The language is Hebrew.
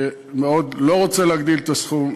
שלא רוצה להגדיל את הסכום.